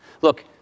Look